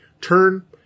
turn